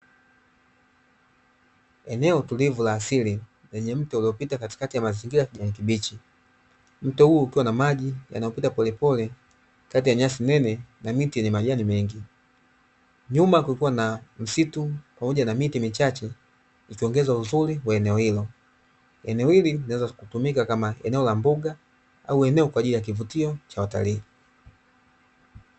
Eneo tulivu la asili lenye mto uliopita katikati ya mazingira ya kijani kibichi , mto huo ukiwa na maji yanayopita polepole kati ya nyasi nene na miti yenye majani mengi, nyuma kukiwa na msitu pamoja na miti michache ikiongeza uziuri wa eneo hilo, eneo hili linaweza kutumika kama eneo la mboga au eneo kwa ajili ya kivutio cha watalii.